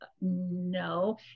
no